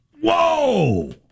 Whoa